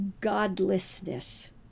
godlessness